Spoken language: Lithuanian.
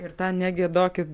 ir tą negiedokit